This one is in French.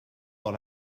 dans